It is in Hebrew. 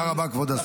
תודה רבה, כבוד השר.